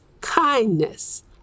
kindness